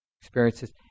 experiences